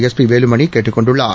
SP Velumani கேட்டுக் கொண்டுள்ளார்